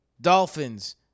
Dolphins